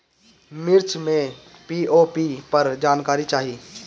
मिर्च मे पी.ओ.पी पर जानकारी चाही?